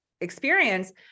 experience